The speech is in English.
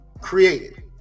created